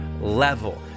level